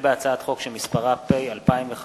הצעת חוק המסייעים לנטרול תוצאות